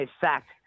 fact